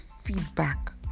feedback